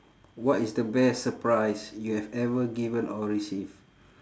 what is the best surprise you have ever given or receive